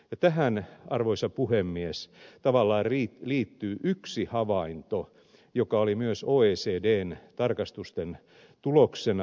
tähän arvoisa puhemies tavallaan liittyy yksi havainto joka oli myös oecdn tarkastusten tuloksena